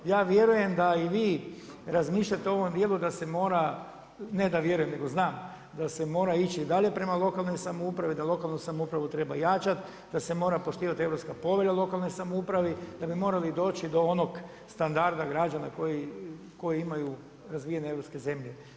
Ja vjerujem da i vi razmišljate o ovom dijelu da se mora, ne da vjerujem nego znam da se mora ići dalje prema lokalnoj samoupravi, da lokalnu samoupravu treba jačati, da se mora poštivati Europska povelja o lokalnoj samoupravi, da bi morali doći do onog standarda građana koji imaju razvijene europske zemlje.